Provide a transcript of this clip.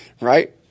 Right